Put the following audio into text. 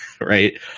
right